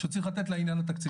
שצריך לתת לעניין התקציבי.